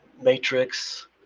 matrix